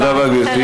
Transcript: תודה רבה.